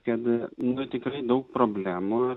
kad nu tikrai daug problemų